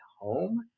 Home